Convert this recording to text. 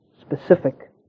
specific